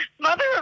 Mother